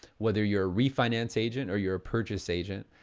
whether you're a refinance agent, or you're a purchase agent,